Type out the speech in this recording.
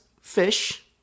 fish